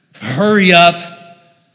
hurry-up